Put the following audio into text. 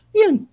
yun